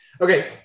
okay